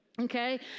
Okay